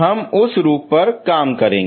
हम उस रूप पर काम करेंगे